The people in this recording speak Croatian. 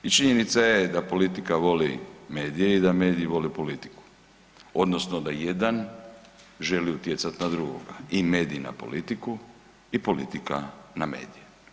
I činjenica je da politika voli medije i da mediji vole politiku odnosno da jedan želi utjecati na drugoga i mediji na politiku i politika na medije.